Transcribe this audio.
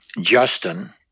Justin